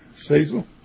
Cecil